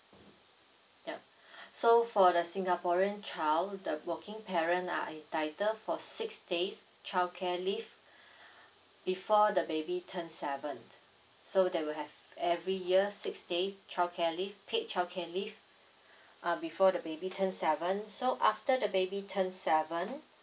ya so for the singaporean child the working parent are entitle for six days childcare leave before the baby turned seven so they will have every year six days childcare leave paid childcare leave uh before the baby turn seven so after the baby turns seven